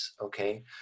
okay